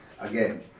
again